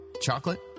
Chocolate